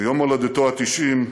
ביום הולדתו ה-90,